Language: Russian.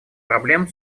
проблем